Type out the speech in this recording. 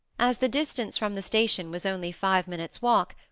as the distance from the station was only five minutes' walk,